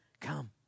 Come